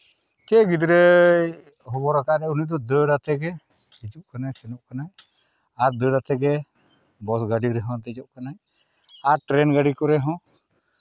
ᱥᱮ ᱜᱤᱫᱽᱨᱟᱹᱭ ᱦᱚᱵᱚᱨ ᱟᱠᱟᱫᱮ ᱩᱱᱤ ᱫᱚ ᱫᱟᱹᱲ ᱟᱛᱮ ᱜᱮ ᱦᱤᱡᱩᱜ ᱠᱟᱱᱟᱭ ᱥᱮᱱᱚᱜ ᱠᱟᱱᱟᱭ ᱟᱨ ᱫᱟᱹᱲ ᱟᱛᱮ ᱜᱮ ᱵᱟᱥ ᱜᱟᱹᱰᱤ ᱨᱮᱦᱚᱸ ᱫᱮᱡᱚᱜ ᱠᱟᱱᱟᱭ ᱟᱨ ᱴᱨᱮᱱ ᱜᱟᱹᱰᱤ ᱠᱚᱨᱮ ᱦᱚᱸ